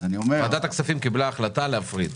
ועדת הכספים קיבלה החלטה להפריד.